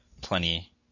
plenty